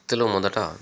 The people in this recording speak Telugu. వ్యక్తులు మొదట